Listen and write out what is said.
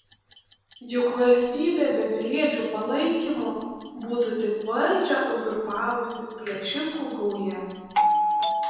juk valstybė be piliečių palaikymo būtų tik valdžią uzurpavusi plėšikų gauja